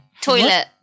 Toilet